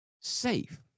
safe